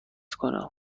کنم